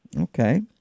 Okay